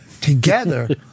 together